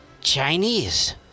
Chinese